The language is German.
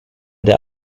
der